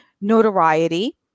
notoriety